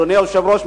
אדוני היושב-ראש,